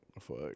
Fuck